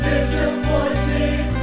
Disappointing